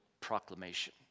proclamation